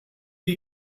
die